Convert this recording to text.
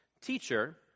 Teacher